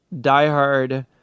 diehard